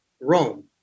Rome